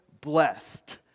blessed